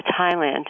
Thailand